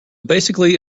basically